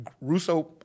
Russo